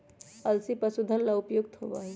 अलसी पशुधन ला उपयुक्त होबा हई